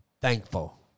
thankful